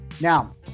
Now